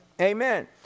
Amen